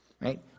right